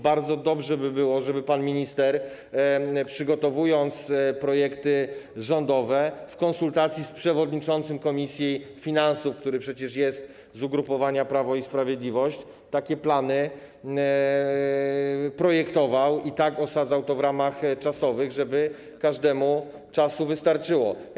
Bardzo dobrze by było, żeby pan minister, przygotowując projekty rządowe w konsultacji z przewodniczącym komisji finansów, który przecież jest z ugrupowania Prawo i Sprawiedliwość, projektował takie plany i tak osadzał to w ramach czasowych, żeby każdemu wystarczyło czasu.